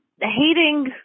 hating